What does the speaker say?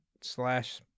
slash